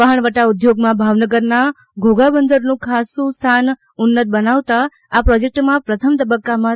વહાણવટા ઉદ્યોગમાં ભાવનગર ના ઘોઘા બંદરનું સ્થાન ખાસ્સું ઉન્નત બનાવતા આ પ્રોજેકટમાં પ્રથમ તબક્કામાં રૂ